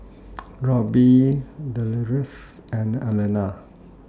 Robbie Deloris and Alana